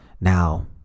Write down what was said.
Now